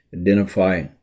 Identify